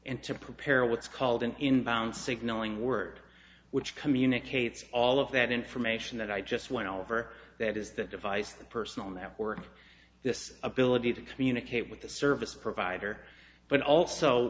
and to prepare a what's called an inbound signaling word which communicates all of that information that i just went over that is the device personal network of this ability to communicate with the service provider but also